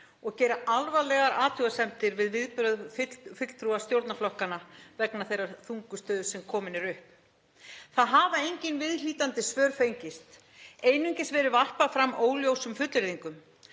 og gera alvarlegar athugasemdir við viðbrögð fulltrúa stjórnarflokkanna vegna þeirrar þungu stöðu sem komin er upp. Það hafa engin viðhlítandi svör fengist, einungis verið varpað fram óljósum fullyrðingum,